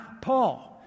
Paul